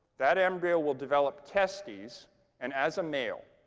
that embryo will develop testes and as a male.